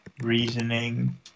reasoning